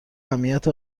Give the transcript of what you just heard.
اهمیت